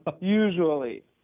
Usually